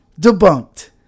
Debunked